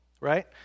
right